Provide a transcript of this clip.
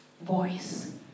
voice